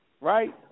Right